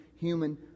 human